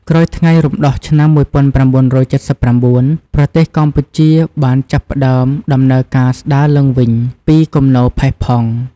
ក្រោយថ្ងៃរំដោះឆ្នាំ១៩៧៩ ប្រទេសកម្ពុជាបានចាប់ផ្តើមដំណើរការស្តារឡើងវិញពីគំនរផេះផង់។